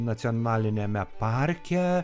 nacionaliniame parke